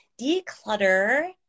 declutter